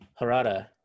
harada